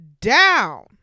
down